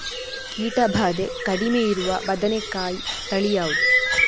ಕೀಟ ಭಾದೆ ಕಡಿಮೆ ಇರುವ ಬದನೆಕಾಯಿ ತಳಿ ಯಾವುದು?